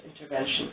intervention